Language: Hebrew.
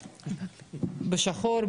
בשחור,